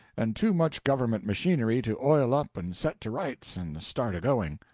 and too much government machinery to oil up and set to rights and start a-going.